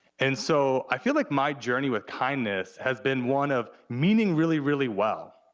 and so i feel like my journey with kindness has been one of meaning really, really well,